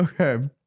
Okay